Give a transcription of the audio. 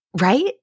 right